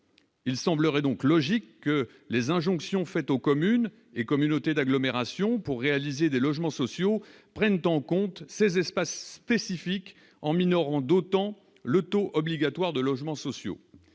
Il semblerait donc logique que les injonctions faite aux communes et communautés d'agglomération pour réaliser des logements sociaux prennent en compte ces espaces spécifiques en minorant d'autant le taux obligatoire de logements sociaux